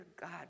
God